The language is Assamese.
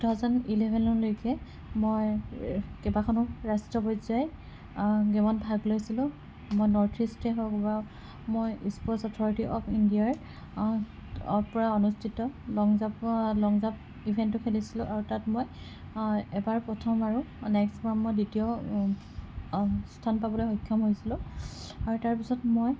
টু থাওজেণ্ড ইলেভেনৰলৈকে মই কেইবাখনো ৰাষ্টীয় পৰ্যায় গেমত ভাগ লৈছিলো মই নৰ্থ ইষ্টেই হওক বা মই স্পৰ্টচ অথৰিটি অৱ ইণ্ডিয়াৰ প্ৰায় অনুষ্ঠিত লং জাপ লং জাপ ইভেণ্টো খেলিছিলো আৰু তাত মই এবাৰ প্ৰথম আৰু নেক্সটবাৰ মই দ্বিতীয় স্থান পাবলৈ সক্ষম হৈছিলো আৰু তাৰপাছত মই